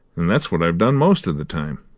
and that's what i've done most of the time.